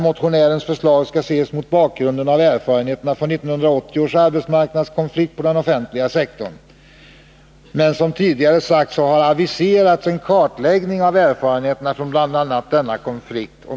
Motionärens förslag skall ses mot bakgrunden av erfarenheterna från 1980 års arbetsmarknadskonflikt på den offentliga sektorn. Som tidigare sagts har det aviserats en kartläggning av erfarenheterna från bl.a. denna konflikt.